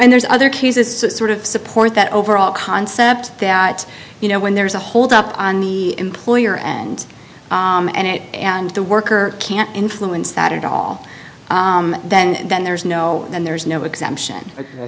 and there's other cases so it sort of support that overall concept that you know when there's a hold up on the employer and and it and the worker can't influence that at all then then there's no and there's no exemption